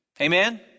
Amen